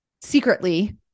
secretly